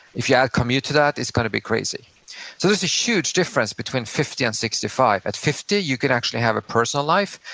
if you add commute to that it's gonna be crazy so there's a huge difference between fifty and sixty five. at fifty you can actually have a personal life,